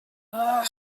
why